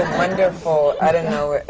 wonderful i don't know if